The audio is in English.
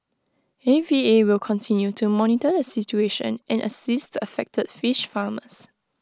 A V A will continue to monitor the situation and assist the affected fish farmers